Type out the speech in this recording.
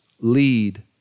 lead